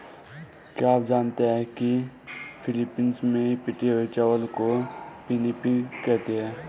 क्या आप जानते हैं कि फिलीपींस में पिटे हुए चावल को पिनिपिग कहते हैं